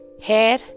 hair